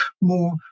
more